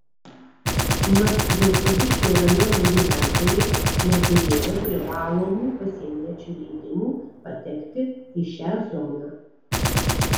mat vilkaviškio rajono gyventojai neturėjo privalomų pasieniečių leidimų patekti į šią zoną